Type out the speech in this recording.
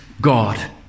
God